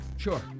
Sure